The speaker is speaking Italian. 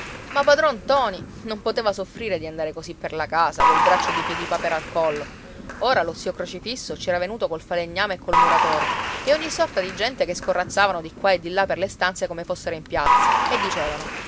ma padron ntoni non poteva soffrire di andare così per la casa col braccio di piedipapera al collo ora lo zio crocifisso ci era venuto col falegname e col muratore e ogni sorta di gente che scorrazzavano di qua e di là per le stanze come fossero in piazza e dicevano